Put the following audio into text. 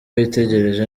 witegereje